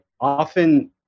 often